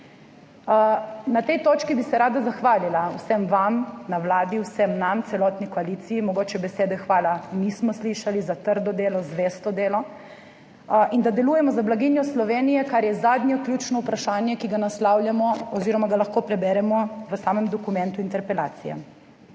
Na tej točki bi se rada zahvalila vsem vam na Vladi, vsem nam, celotni koaliciji. Mogoče besede hvala nismo slišali za trdo delo, zvesto delo. In da delujemo za blaginjo Slovenije, kar je zadnje ključno vprašanje, ki ga naslavljamo oziroma ga lahko preberemo v samem dokumentu interpelacije.